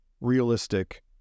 realistic